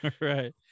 right